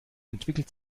entwickelt